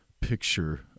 picture